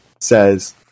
says